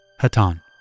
Hatan